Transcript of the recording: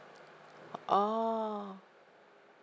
oh